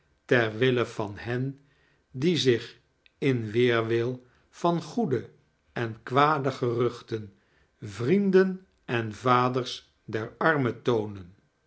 ter wille van hen die zieh in weerwil van goede en kwade geruchten vrienden en vaders der armen toonen